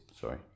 sorry